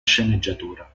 sceneggiatura